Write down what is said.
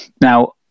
Now